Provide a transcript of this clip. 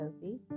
Sophie